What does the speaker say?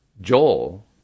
Joel